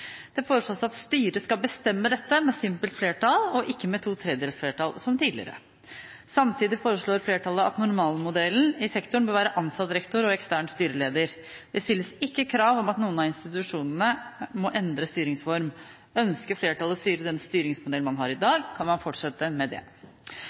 Det foreslås at styret skal bestemme dette med simpelt flertall, ikke med to tredjedels flertall som tidligere. Samtidig foreslår flertallet at normalmodellen i sektoren bør være ansatt rektor og ekstern styreleder. Det stilles ikke krav om at noen av institusjonene må endre styringsform. Ønsker flertallet å styre etter den styringsmodellen man har i